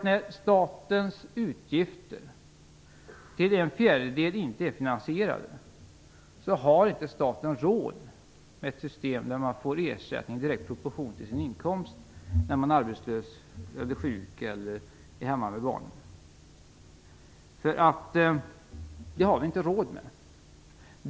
När statens utgifter till en fjärdedel inte är finansierade har staten inte råd med ett system som ger ersättning i direkt proportion till inkomsten när man är arbetslös, sjuk eller hemma med barn. Det har vi inte råd med.